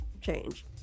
change